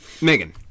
megan